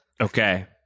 Okay